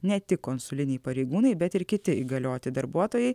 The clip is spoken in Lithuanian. ne tik konsuliniai pareigūnai bet ir kiti įgalioti darbuotojai